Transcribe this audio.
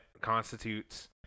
constitutes